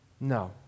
No